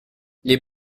les